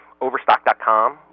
Overstock.com